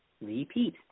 repeat